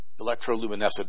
electroluminescent